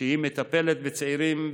שמטפלת בצעירים,